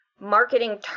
marketing